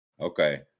okay